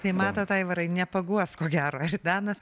tai matot aivarai nepaguos ko gero aridanas